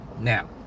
Now